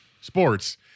sports